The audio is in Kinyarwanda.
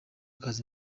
kaza